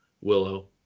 Willow